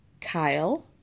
kyle